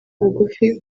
bugufi